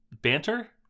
banter